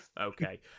okay